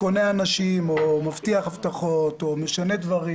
קונה אנשים או מבטיח הבטחות או משנה דברים,